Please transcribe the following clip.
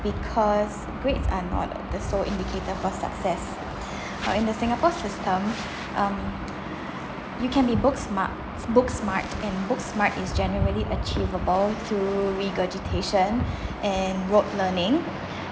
because grades are not the sole indicator for success in the singapore system um you can be book smar~ book smart and book smart is generally achievable through regurgitation and route learning